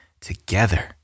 together